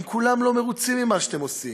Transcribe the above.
הם כולם לא מרוצים ממה שאתם עושים.